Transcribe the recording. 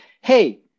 Hey